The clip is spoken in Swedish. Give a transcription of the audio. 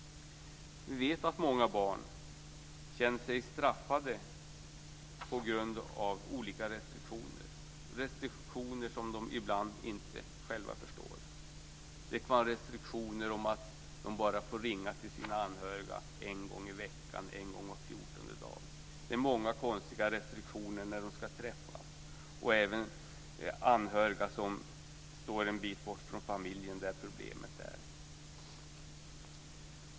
Vi vet att många barn känner sig straffade på grund av olika restriktioner - restriktioner som de ibland inte själva förstår. Det kan vara restriktioner om att de bara får ringa till sina anhöriga en gång i veckan eller en gång var fjortonde dag. Det finns många konstiga restriktioner när de ska träffas. Det gäller även anhöriga som står en bit bort från den familj där problemet finns.